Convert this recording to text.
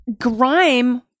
grime